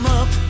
up